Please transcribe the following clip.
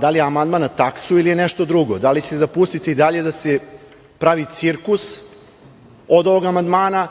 da li je amandman na taksu ili je nešto drugo? Da li ćete dopustiti i dalje da se pravi cirkus od ovog amandmana